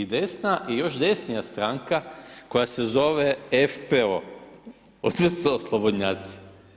I desna i još desnija stranka koja se zove FPO, ... slobodnjaci.